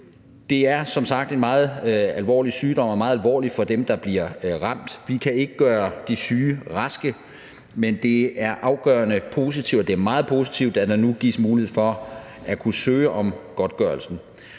Det er som sagt en meget alvorlig sygdom og meget alvorligt for dem, der bliver ramt. Vi kan ikke gøre de syge raske, men det er meget positivt, at der nu gives mulighed for at kunne søge om godtgørelse.